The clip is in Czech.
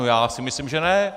Já si myslím, že ne!